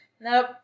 Nope